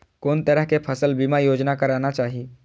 कोन तरह के फसल बीमा योजना कराना चाही?